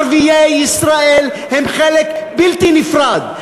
ערביי ישראל הם חלק בלתי נפרד.